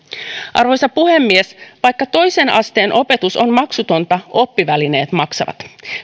arvoisa puhemies vaikka toisen asteen opetus on maksutonta oppivälineet maksavat